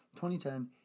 2010